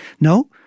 no